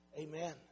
amen